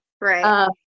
Right